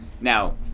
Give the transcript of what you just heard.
Now